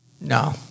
No